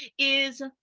is,